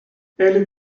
elle